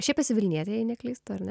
šiaip esi vilnietė jei neklystu ar ne